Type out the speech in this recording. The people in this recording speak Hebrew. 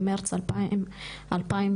במרץ 2020,